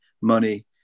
money